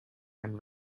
and